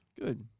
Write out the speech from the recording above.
Good